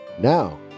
Now